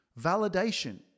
validation